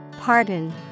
Pardon